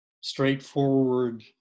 straightforward